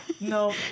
No